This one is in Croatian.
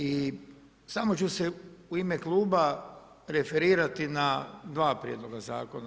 I samo ću se u ime kluba referirati na dva prijedloga zakona.